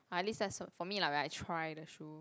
ah at least that's for for me lah like when I try the shoe